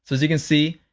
so as you can see,